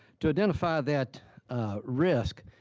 to identify that risk,